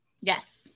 Yes